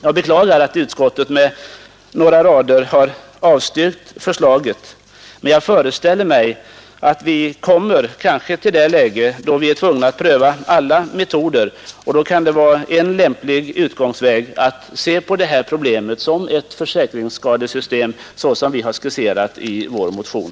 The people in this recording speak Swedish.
Jag beklagar att utskottet med några rader har avstyrkt förslaget, men jag föreställer mig att vi kanske kommer i det läget då vi är tvungna att pröva alla metoder — och då kan det vara en lämplig väg att se på det här problemet som ett försäkringssystem, såsom det skisserats i vår motion.